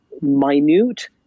minute